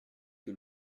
que